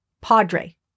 Padre